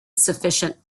sufficient